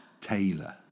Taylor